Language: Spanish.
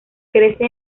crece